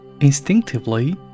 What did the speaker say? Instinctively